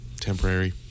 temporary